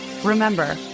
Remember